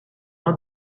una